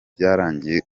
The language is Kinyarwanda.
byararangiye